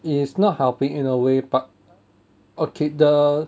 it is not helping in a way but okay the